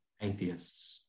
atheists